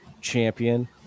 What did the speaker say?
Champion